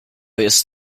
jest